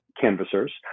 canvassers